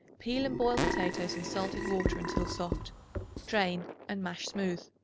peel and boil potatoes in salted water until soft drain, and mash smooth.